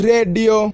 Radio